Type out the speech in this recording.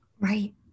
Right